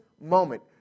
moment